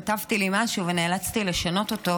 כתבתי לי משהו ונאלצתי לשנות אותו,